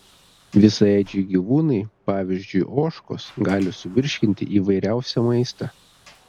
visaėdžiai gyvūnai pavyzdžiui ožkos gali suvirškinti įvairiausią maistą